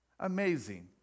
amazing